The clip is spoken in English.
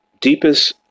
deepest